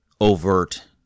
overt